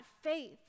faith